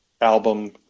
album